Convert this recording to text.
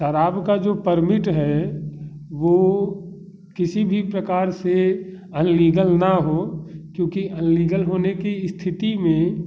शराब का जो परमिट है वो किसी भी प्रकार से अनलीगल ना हो क्योंकि अनलीगल होने की स्थिति में